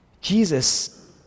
Jesus